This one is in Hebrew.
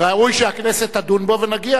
וראוי שהכנסת תדון בו ונגיע.